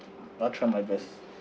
I'll try my best